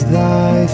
thy